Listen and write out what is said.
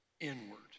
inward